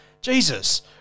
Jesus